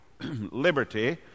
liberty